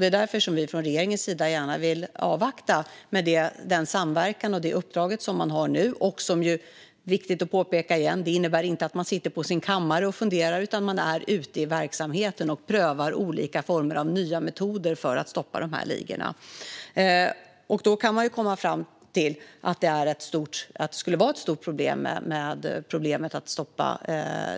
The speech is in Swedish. Det är därför regeringen vill avvakta den samverkan och det uppdrag myndigheterna har nu, vilket, viktigt att påpeka, inte innebär att de sitter på sin kammare och funderar utan att de är ute i verksamheten och prövar olika nya metoder för att stoppa dessa ligor - och de kan ju komma fram till att det är ett stort problem att